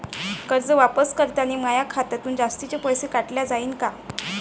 कर्ज वापस करतांनी माया खात्यातून जास्तीचे पैसे काटल्या जाईन का?